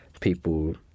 people